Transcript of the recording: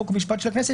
חוק ומשפט של הכנסת,